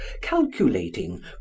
calculating